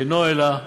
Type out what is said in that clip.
אינו אלא